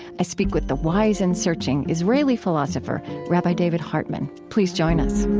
i speak with the wise and searching israeli philosopher rabbi david hartman please join us